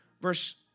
verse